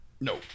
No